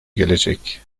gelecek